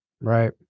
right